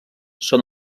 són